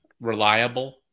reliable